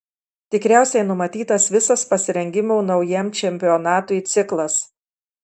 tikriausiai numatytas visas pasirengimo naujam čempionatui ciklas